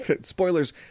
spoilers